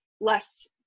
less